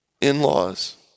in-laws